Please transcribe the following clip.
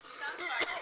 אותם כעסים,